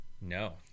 No